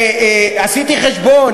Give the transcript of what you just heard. האם מישהו יכול להשיב לי?